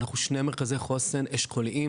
אנחנו שני מרכזי חוסן אשכוליים,